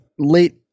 late